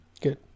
good